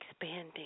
expanding